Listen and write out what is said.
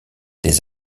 des